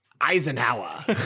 Eisenhower